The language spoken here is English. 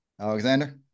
Alexander